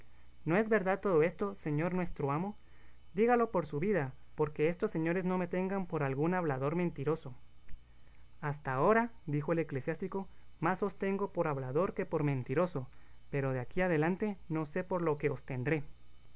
no es verdad todo esto señor nuestro amo dígalo por su vida porque estos señores no me tengan por algún hablador mentiroso hasta ahora dijo el eclesiástico más os tengo por hablador que por mentiroso pero de aquí adelante no sé por lo que